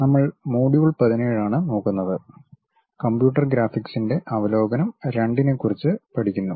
നമ്മൾ മൊഡ്യൂൾ 17 ആണ് നോക്കുന്നത് കമ്പ്യൂട്ടർ ഗ്രാഫിക്സിന്റെ അവലോകനം II നെക്കുറിച്ച് പഠിക്കുന്നു